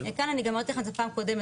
אני גם אמרתי את זה פעם קודמת,